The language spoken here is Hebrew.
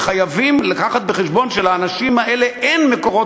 וחייבים להביא בחשבון שלאנשים האלה אין מקורות